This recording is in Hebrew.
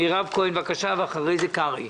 מירב כהן, בבקשה, ואחרי כן שלמה קרעי.